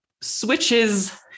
switches